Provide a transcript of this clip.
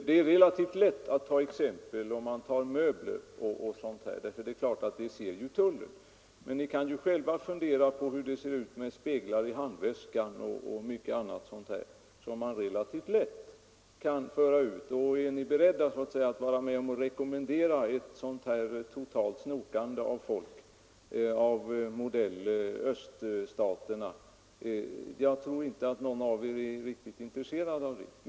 Det är relativt lätt att peka på sådana exempel som gamla möbler i detta sammanhang, eftersom det är ganska lätt att upptäcka dem vid tullkontrollen, men ni kan själva föreställa er hur det skulle bli med föremål som speglar, vilka förvaras i handväskan, och annat sådant som relativt lätt kan föras ut. Är ni beredda att rekommendera ett ingående snokande av modell öststaterna? Jag tror inte att någon av er är helt intresserad av detta.